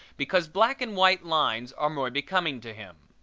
because black and white lines are more becoming to him.